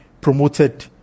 promoted